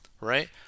right